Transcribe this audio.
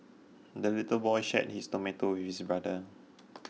the little boy shared his tomato with his brother